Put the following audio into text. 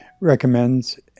recommends